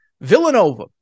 Villanova